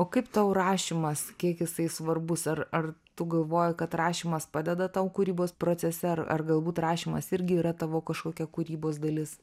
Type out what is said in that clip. o kaip tau rašymas kiek jisai svarbus ar ar tu galvoji kad rašymas padeda tau kūrybos procese ar ar galbūt rašymas irgi yra tavo kažkokia kūrybos dalis